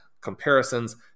comparisons